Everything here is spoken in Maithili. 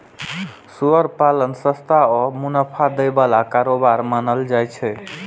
सुअर पालन सस्ता आ मुनाफा दै बला कारोबार मानल जाइ छै